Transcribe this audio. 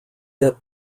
that